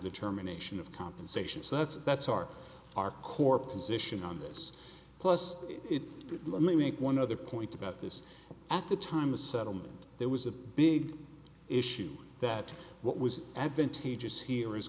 determination of compensation so that's that's our our core position on this plus it would let me make one other point about this at the time a settlement there was a big issues that what was advantageous here